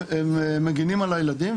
הם מגנים על הילדים,